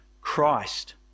Christ